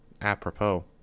Apropos